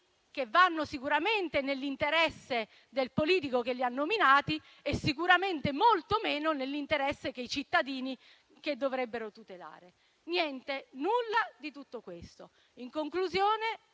che vanno sicuramente nell'interesse del politico che li ha nominati e sicuramente molto meno nell'interesse dei cittadini che andrebbero tutelati. Nulla di tutto questo. In conclusione,